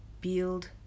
build